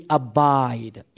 abide